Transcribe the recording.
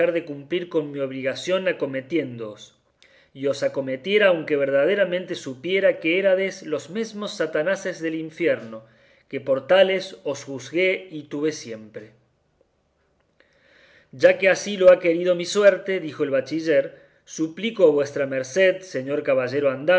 de cumplir con mi obligación acometiéndoos y os acometiera aunque verdaderamente supiera que érades los memos satanases del infierno que por tales os juzgué y tuve siempre ya que así lo ha querido mi suerte dijo el bachiller suplico a vuestra merced señor caballero